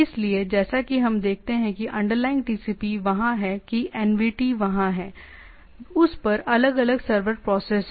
इसलिए जैसा कि हम देखते हैं कि अंडरलाइनग टीसीपी वहाँ है कि एनवीटी वहाँ है उस पर अलग अलग सर्वर प्रोसेसेस हैं